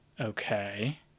okay